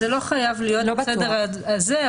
זה לא חייב להיות בסדר הזה,